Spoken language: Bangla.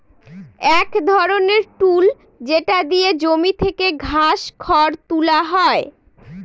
এক ধরনের টুল যেটা দিয়ে জমি থেকে ঘাস, খড় তুলা হয়